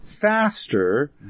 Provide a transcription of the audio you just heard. faster